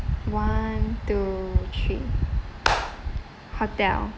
one two three hotel